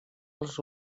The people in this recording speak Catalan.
els